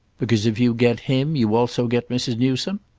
because if you get him you also get mrs. newsome?